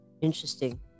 Interesting